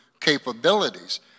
capabilities